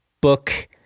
book